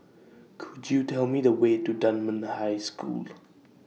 Could YOU Tell Me The Way to Dunman High School